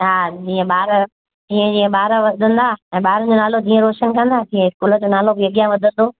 हा जीअं ॿार ईंअ जीअं ॿार वधंदा ऐं ॿारनि जो नालो जीअं रोशन कंदा तीअं स्कूल जो नालो बि अॻियां वधंदो